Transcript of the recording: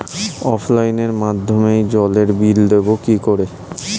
অফলাইনে মাধ্যমেই জলের বিল দেবো কি করে?